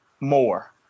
more